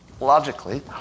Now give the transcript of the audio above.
logically